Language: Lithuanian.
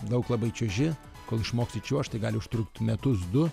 daug labai čiuoži kol išmoksi čiuožt tai gali užtrukt metus du